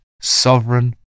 sovereign